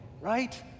right